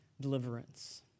deliverance